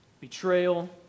Betrayal